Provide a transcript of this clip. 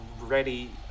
ready